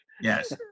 Yes